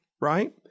right